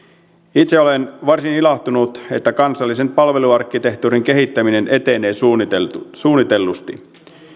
itse olen varsin ilahtunut että kansallisen palveluarkkitehtuurin kehittäminen etenee suunnitellusti